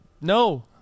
No